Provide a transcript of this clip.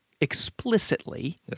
explicitly